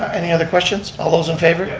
any other questions? all those in favor?